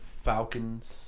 Falcons